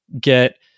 get